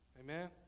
Amen